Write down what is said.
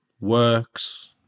works